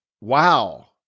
Wow